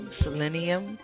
selenium